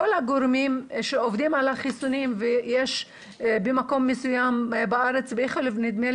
הגורמים שעובדים על החיסונים ובמקום מסוים בארץ נדמה לי